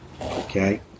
Okay